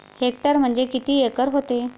Hectare म्हणजे किती acre व्हते?